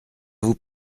vous